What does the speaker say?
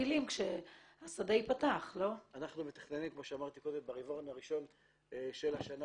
אבל כסגן ראש המל"ל (המטה